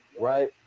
right